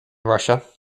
russia